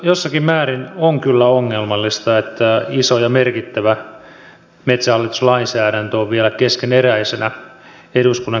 jossakin määrin on kyllä ongelmallista että iso ja merkittävä metsähallitus lainsäädäntö on vielä keskeneräisenä eduskunnan käsittelyssä